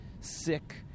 sick